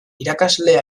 irakasle